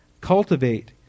cultivate